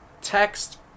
text